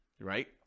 right